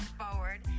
forward